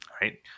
Right